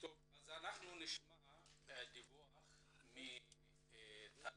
נשמע דיווח מטלל,